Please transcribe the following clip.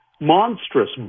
Monstrous